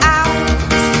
out